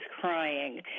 crying